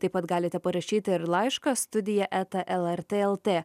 taip pat galite parašyti ir laišką studija eta lrt lt